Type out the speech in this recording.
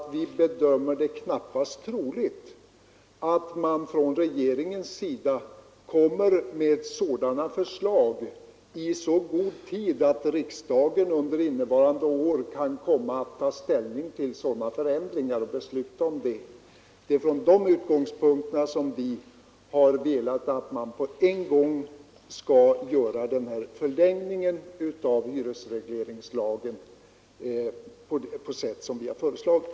Vi bedömer det knappast som troligt att regeringen kommer att framlägga förslag i så god tid att riksdagen under innevarande år kan ta ställning och besluta om sådana förändringar. Det är från dessa utgångspunkter som vi har velat att man på en gång skall förlänga hyresregleringslagen på sätt som vi har föreslagit.